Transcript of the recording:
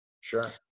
Sure